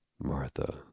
Martha